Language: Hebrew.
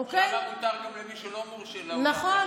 אדוני היושב בראש, אדוני,